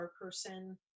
person